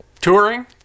Touring